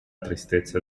tristezza